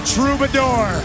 Troubadour